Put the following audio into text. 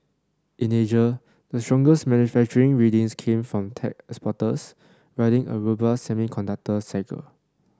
in Asia the strongest manufacturing readings came from tech exporters riding a robust semiconductor cycle